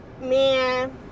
Man